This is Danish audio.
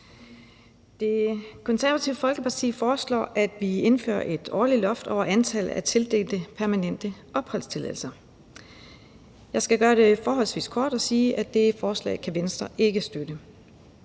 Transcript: Det Konservative Folkeparti foreslår, at vi indfører et årligt loft over antallet af tildelte permanente opholdstilladelser. Jeg skal gøre det forholdsvis kort og sige, at det forslag kan Venstre ikke støtte.